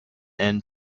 and